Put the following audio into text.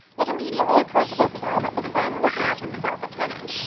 it immediately occurred to isabel that the son was not himself a tenant,